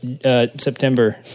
September